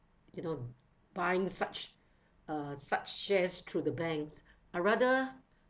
you know buying such uh such shares through the banks I'll rather